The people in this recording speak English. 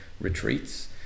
retreats